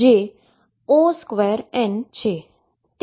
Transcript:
જે On2 છે